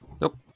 nope